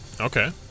Okay